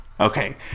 Okay